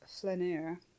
flaneur